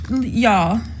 y'all